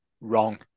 wrong